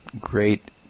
great